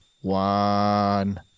One